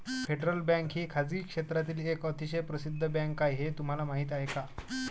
Federal Bank ही खासगी क्षेत्रातील एक अतिशय प्रसिद्ध बँक आहे हे तुम्हाला माहीत आहे का?